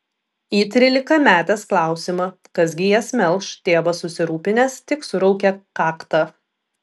į trylikametės klausimą kas gi jas melš tėvas susirūpinęs tik suraukia kaktą